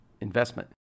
investment